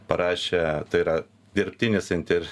parašė tai yra dirbtinis inter